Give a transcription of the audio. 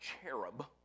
cherub